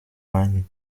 main